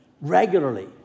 regularly